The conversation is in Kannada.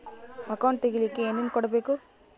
ಅಕೌಂಟ್ ತೆಗಿಲಿಕ್ಕೆ ಏನೇನು ಕೊಡಬೇಕು?